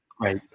Right